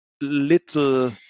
little